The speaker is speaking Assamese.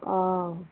অঁ